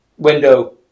window